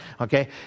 Okay